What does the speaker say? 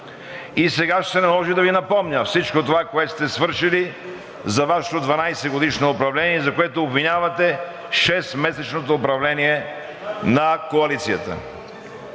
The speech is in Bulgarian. И сега ще се наложи да Ви напомня всичко това, което сте свършили за Вашето 12-годишно управление, за което обвинявате 6-месечното управление на Коалицията,